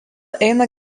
eina